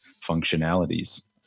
functionalities